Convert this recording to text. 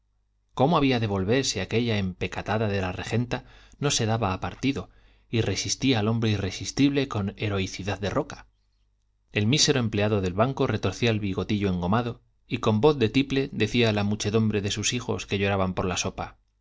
cómo había de volver si aquella empecatada de regenta no se daba a partido y resistía al hombre irresistible con heroicidad de roca el mísero empleado del banco retorcía el bigotillo engomado y con voz de tiple decía a la muchedumbre de sus hijos que lloraban por la sopa